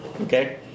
Okay